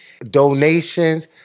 donations